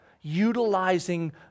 utilizing